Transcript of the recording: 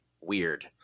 weird